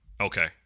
Okay